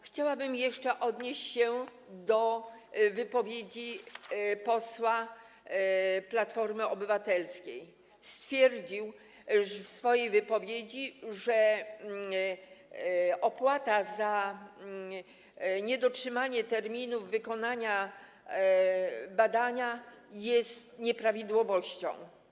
Chciałabym jeszcze odnieść się do wypowiedzi posła z Platformy Obywatelskiej, który stwierdził, że opłata za niedotrzymanie terminów wykonania badania jest nieprawidłowością.